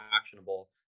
actionable